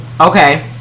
Okay